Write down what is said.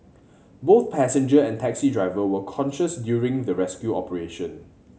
both passenger and taxi driver were conscious during the rescue operation